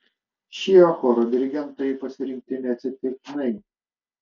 šie choro dirigentai pasirinkti neatsitiktinai